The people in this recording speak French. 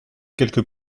quelques